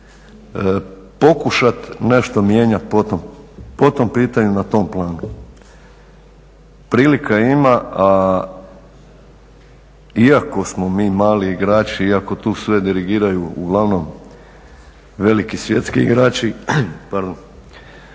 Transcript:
pokušati nešto mijenjati po tom pitanju na tom planu. Prilika ima, a iako smo mi mali igrači, iako tu sve dirigiraju uglavnom veliki svjetski igrači neosporno